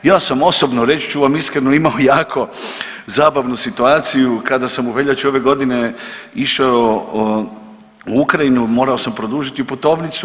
Ja sam osobno reći ću vam iskreno imao jako zabavnu situaciju kada sam u veljači ove godine išao u Ukrajinu morao sam produžiti putovnicu.